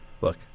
look